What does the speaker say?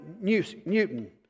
Newton